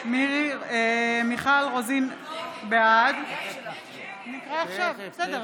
בעד מי מחברי הכנסת נמצא במליאה ולא קראו בשמו?